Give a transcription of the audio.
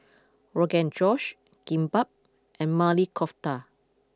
Rogan Josh Kimbap and Maili Kofta